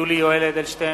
יולי יואל אדלשטיין,